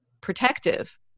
protective